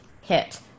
hit